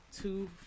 two